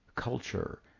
Culture